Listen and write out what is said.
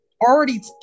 already